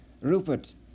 Rupert